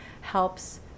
helps